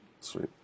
Sweet